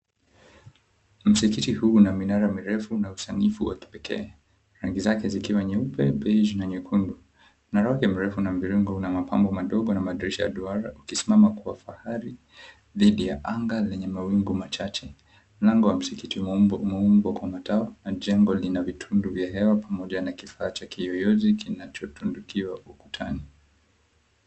Msikiti huu una minara mirefu na usanifu wa kipekee rangi zake zikiwa nyeupe, beiji na nyekundu. Mnara wake mrefu una mviringo una mapambo madogo na madirisha ya duara ukisimama kwa fahari dhidhi ya anga lenye mawingu machache. Mlango wa msikiti umeumbwa kwa mataa na njengo lina vitundu vya pamoja na kifaa cha kiyoyozi kinachotundikiwa ukutani.